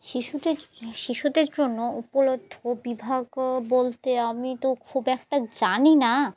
শিশুদের শিশুদের জন্য উপলব্ধ বিভাগ বলতে আমি তো খুব একটা জানি না